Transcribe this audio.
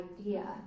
idea